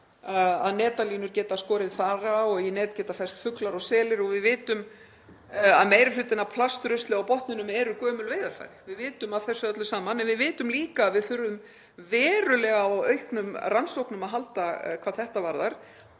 að netalínur geta skorið þara og í net geta fest sig fuglar og selir og við vitum að meiri hlutinn af plastrusli á botninum er gömul veiðarfæri. Við vitum af þessu öllu saman. En við vitum líka að við þurfum verulega á auknum rannsóknum að halda hvað þetta varðar